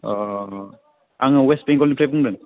अ आङो अवेस्ट बेंगलनिफ्राय बुंदों